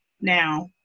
now